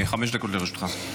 חמש דקות לרשותך.